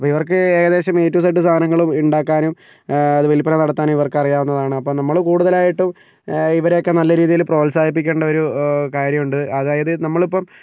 അപ്പോൾ ഇവർക്ക് ഏകദേശം എ ടു ഇസെഡ് സാധനങ്ങൾ ഉണ്ടാക്കാനും അത് വിൽപ്പന നടത്താനും ഇവർക്ക് അറിയാവുന്നതാണ് നമ്മൾ കൂടുതലായിട്ടും ഇവരെ ഒക്കെ നല്ല രീതിയിൽ പ്രോത്സാഹിപ്പിക്കേണ്ട ഒരു കാര്യം ഉണ്ട് അതായത് നമ്മൾ ഇപ്പം